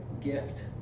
gift